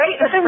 right